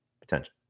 potential